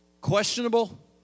questionable